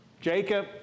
Jacob